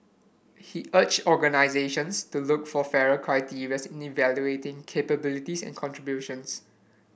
he urged organisations to look for fairer in evaluating capabilities and contributions